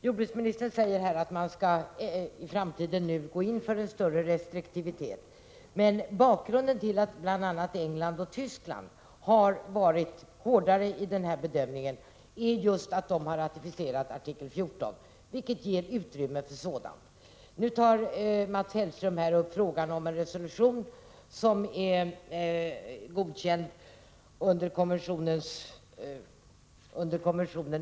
Jordbruksministern säger att man i framtiden skall gå in för en större restriktivitet, men bakgrunden till att bl.a. England och Tyskland har varit hårdare i bedömningen är just att de ratificerat artikel 14, vilket ger dem utrymme för en sådan hårdare bedömning. Mats Hellström talar om en resolution som antagits inom konventionens ram.